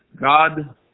God